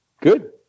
Good